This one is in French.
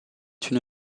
une